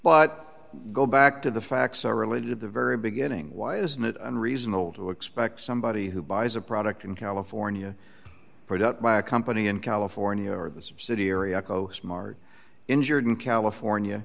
but go back to the facts are related to the very beginning why isn't it unreasonable to expect somebody who buys a product in california product by a company in california or the subsidiary eco smart injured in california